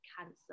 cancer